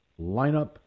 lineup